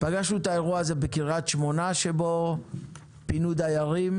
פגשנו את האירוע הזה בקרית שמונה שבו פינו דיירים.